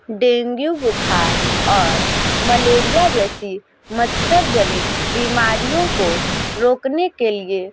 dengue बुखार और malaria जैसी मच्छर जनित बीमारियों को रोकने के लिए